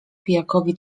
pijakowi